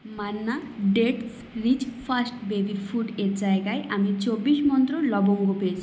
Manna dates rich first baby food এর জায়গায় আমি চব্বিশ মন্ত্র লবঙ্গ পেয়েছি